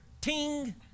ting